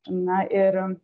na ir